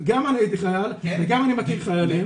גם אני הייתי חייל וגם אני מכיר חיילים.